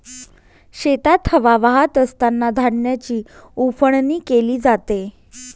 शेतात हवा वाहत असतांना धान्याची उफणणी केली जाते